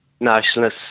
nationalists